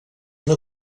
una